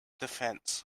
defence